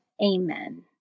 Amen